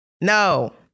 No